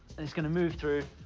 and it's gonna move through,